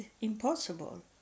impossible